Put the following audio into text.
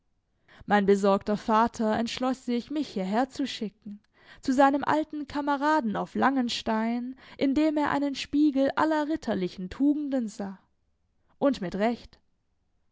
mein besorgter vater entschloß sich mich hierher zu schicken zu seinem alten kameraden auf langenstein in dem er einen spiegel aller ritterlichen tugenden sah und mit recht